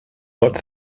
but